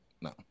no